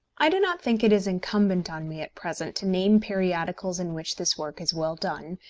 i do not think it is incumbent on me at present to name periodicals in which this work is well done,